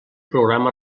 programa